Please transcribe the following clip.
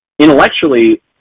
Intellectually